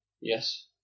Yes